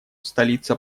столица